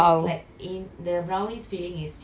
!wow! !wow! !wow!